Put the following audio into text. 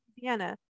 Vienna